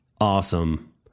awesome